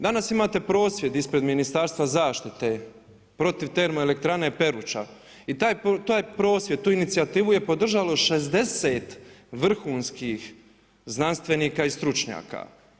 Danas imate prosvjed ispred Ministarstva zaštite protiv TE Peruća i taj prosvjed tu inicijativu je podržalo 60 vrhunskih znanstvenika i stručnjaka.